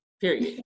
Period